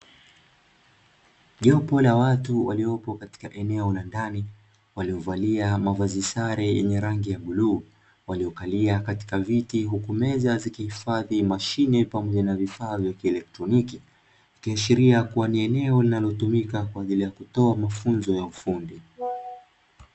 Jopo la watu waliopo katika eneo la ndani waliovalia mavazi sare yenye rangi ya buluu, waliokalia katika viti huku meza ikihifadhi mashine pamoja na vifaa vya kielektroniki, ikiashiria kuwa ni eneo linalotumika kwa ajili ya kutoa mafunzo ya ufundi.